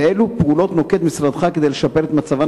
ואילו פעולות נוקט משרדך כדי לשפר את מצבן